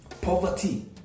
Poverty